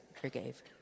forgave